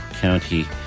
County